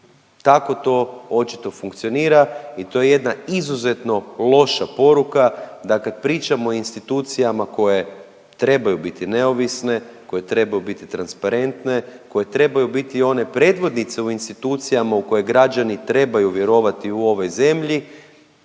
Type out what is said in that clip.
Tako to očito funkcionira i to je jedna izuzetno loša poruka, da kad pričamo o institucijama koje trebaju biti neovisne, koje trebaju biti transparentne, koje trebaju biti one predvodnice u institucijama u koje građani trebaju vjerovati u ovoj zemlji